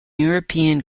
european